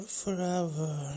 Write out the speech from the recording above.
forever